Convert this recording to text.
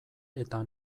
eta